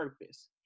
purpose